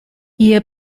ihr